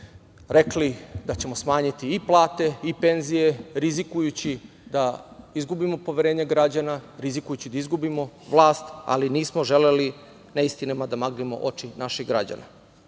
rekli da ćemo smanjiti i plate i penzije, rizikujući da izgubimo poverenje građana, rizikujući da izgubimo vlast, ali nismo želeli neistinama da maglimo oči naših građana. Ipak,